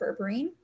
berberine